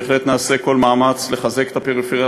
בהחלט נעשה כל מאמץ לחזק את הפריפריה